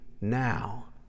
now